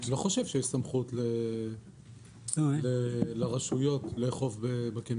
אני לא חושב שיש לרשויות סמכות לאכוף בקניונים.